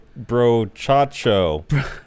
Brochacho